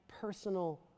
personal